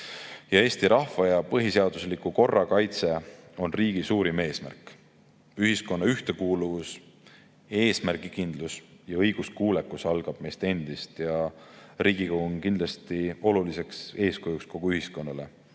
Eesti rahva ja põhiseadusliku korra kaitse on riigi suurim eesmärk. Ühiskonna ühtekuuluvus, eesmärgikindlus ja õiguskuulekus algab meist endist ja Riigikogu on kindlasti oluliseks eeskujuks kogu ühiskonnale.